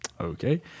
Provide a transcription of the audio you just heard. okay